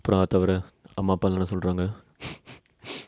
புராவ தவிர அம்மா அப்பா என்ன சொல்ராங்க:purava thavira amma appa enna solranga